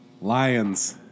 Lions